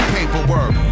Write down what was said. Paperwork